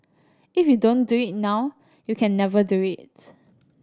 if you don't do it now you can never do it